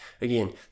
Again